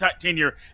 tenure